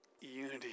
unity